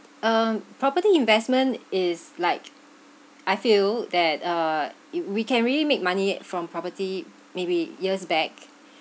um property investment is like I feel that uh it we can really make money yet from property maybe years back